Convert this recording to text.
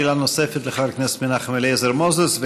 שאלה נוספת לחבר הכנסת מנחם אליעזר מוזס,